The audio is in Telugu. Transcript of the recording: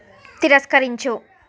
తిరస్కరించు